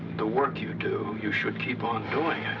the work you do, you should keep on doing